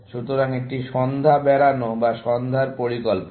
সুতরাং একটি সন্ধ্যা বেড়ানো বা সন্ধ্যার পরিকল্পনা